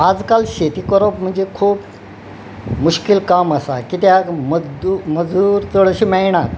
आज काल शेती कोरोप म्हणजे खूब मुश्कील काम आसा कित्याक मजदू मजदूर चड अशें मेयनात